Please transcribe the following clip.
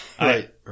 right